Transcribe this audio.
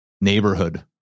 neighborhood